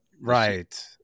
right